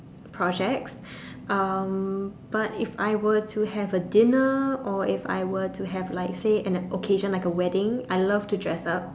projects um but if I were to have a dinner or if I were to have like say an occasion like a wedding I love to dress up